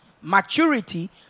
Maturity